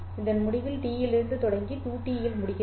இதன் முடிவில் T இலிருந்து தொடங்கி 2T இல் முடிகிறது